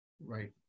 right